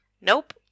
Nope